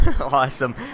Awesome